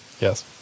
yes